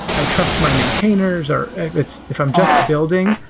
i trust my maintainers, or if i'm just building,